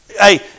hey